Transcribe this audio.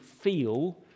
feel